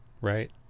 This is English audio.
right